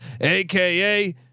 AKA